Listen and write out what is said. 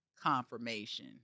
confirmation